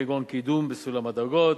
כגון קידום בסולם הדרגות,